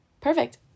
perfect